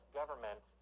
government